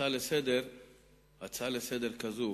הצעה לסדר-היום כזאת,